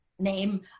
Name